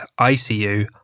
ICU